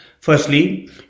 firstly